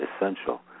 essential